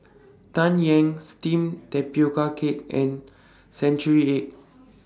Tang Yuen Steamed Tapioca Cake and Century Egg